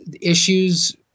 issues